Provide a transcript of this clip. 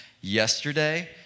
yesterday